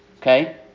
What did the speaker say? Okay